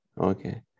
Okay